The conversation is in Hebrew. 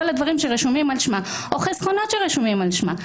כל הדברים שרשומים על שמה,